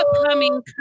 upcoming